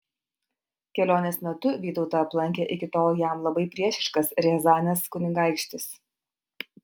kelionės metu vytautą aplankė iki tol jam labai priešiškas riazanės kunigaikštis